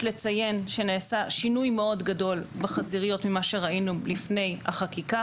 לציין שנעשה שינוי מאוד גדול בחזיריות ממה שראינו לפני החקיקה,